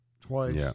twice